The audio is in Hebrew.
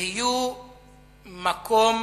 יהיו מקום